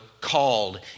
called